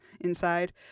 Inside